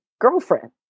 girlfriend